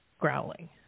growling